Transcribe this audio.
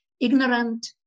ignorant